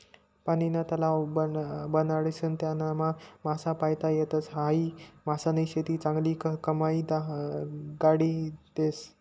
पानीना तलाव बनाडीसन त्यानामा मासा पायता येतस, हायी मासानी शेती चांगली कमाई काढी देस